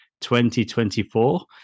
2024